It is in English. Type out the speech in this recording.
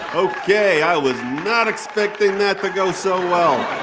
ok, i was not expecting that to go so well.